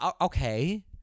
okay